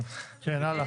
כן, הלאה.